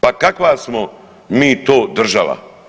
Pa kakva smo mi to država?